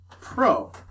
Pro